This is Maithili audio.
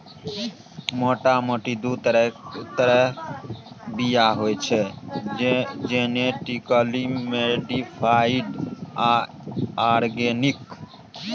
मोटा मोटी दु तरहक बीया होइ छै जेनेटिकली मोडीफाइड आ आर्गेनिक